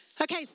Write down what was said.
Okay